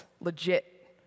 legit